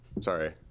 sorry